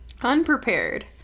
Unprepared